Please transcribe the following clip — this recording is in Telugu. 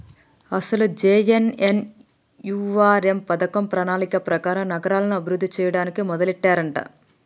అసలు జె.ఎన్.ఎన్.యు.ఆర్.ఎం పథకం ప్రణాళిక ప్రకారం నగరాలను అభివృద్ధి చేయడానికి మొదలెట్టారంట